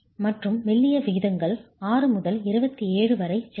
மற்றும் மெல்லிய விகிதங்கள் 6 முதல் 27 வரை செல்கின்றன